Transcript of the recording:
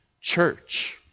church